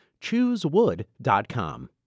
Choosewood.com